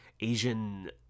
Asian